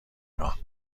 نگاه